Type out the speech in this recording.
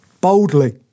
boldly